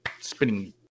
spinning